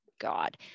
God